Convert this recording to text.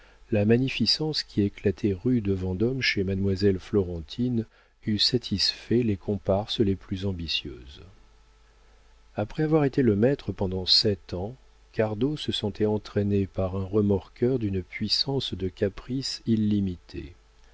la magnificence qui éclatait rue de vendôme chez mademoiselle florentine eût satisfait les comparses les plus ambitieuses après avoir été le maître pendant sept ans cardot se sentait entraîné par un remorqueur d'une puissance de caprice illimitée